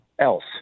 else